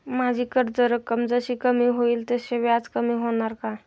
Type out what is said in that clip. माझी कर्ज रक्कम जशी कमी होईल तसे व्याज कमी होणार का?